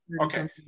Okay